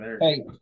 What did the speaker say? Hey